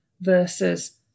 versus